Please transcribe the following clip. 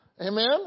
Amen